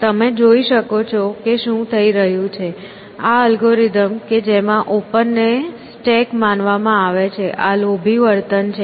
તમે જોઈ શકો છો કે શું થઈ રહ્યું છે આ અલ્ગોરિધમ કે જેમાં ઓપન ને સ્ટેક માનવામાં આવે છે આ લોભી વર્તન છે